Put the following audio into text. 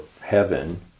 heaven